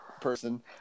person